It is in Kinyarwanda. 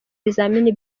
ibizamini